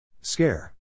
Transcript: Scare